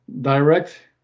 direct